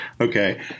Okay